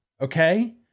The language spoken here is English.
okay